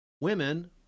women